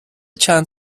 چند